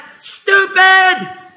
stupid